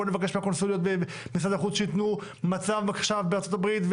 בואו נבקש מהקונסוליות במשרד החוץ שיתנו בקשה בארצות הברית,